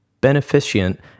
beneficent